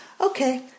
Okay